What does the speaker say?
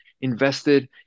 invested